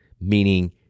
meaning